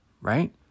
right